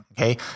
Okay